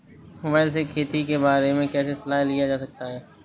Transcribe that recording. Mobile से खेती के बारे कैसे सलाह लिया जा सकता है?